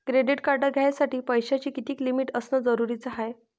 Credit card घ्यासाठी पैशाची कितीक लिमिट असनं जरुरीच हाय?